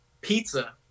pizza